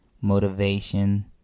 motivation